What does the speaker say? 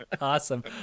awesome